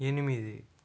ఎనిమిది